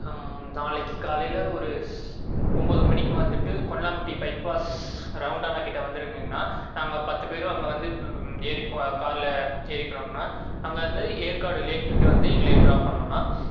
நாளைக்கு காலையில் ஒரு ஸ் ஒம்பது மணிக்கு வந்துவிட்டு கொல்லம்பட்டி பைபாஸ் ரவுண்டானாகிட்ட வந்துடுங்கங்க அண்ணா நாங்கள் பத்து பேரும் அங்கே வந்து ஏறி போகற காரில் ஏறிக்கிறோங்க அண்ணா அங்கே வந்து ஏற்காடு லேக்குக்கு வந்து எங்களையே ட்ராப் பண்ணணும் அண்ணா